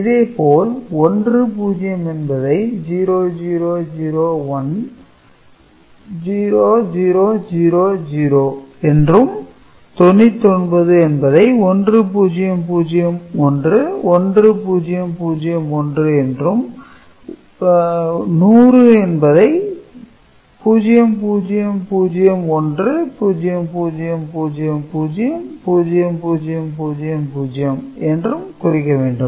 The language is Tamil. இதே போல் 10 என்பதை 0001 0000 என்றும் 99 என்பதை 1001 1001 என்றும் 100 என்பதை 0001 0000 0000 என்றும் குறிக்க வேண்டும்